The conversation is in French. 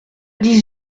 dix